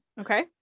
Okay